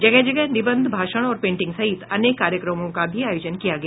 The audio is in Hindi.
जगह जगह निबंध भाषण और पेंटिंग सहित अनेक कार्यक्रमों का भी आयोजन किया गया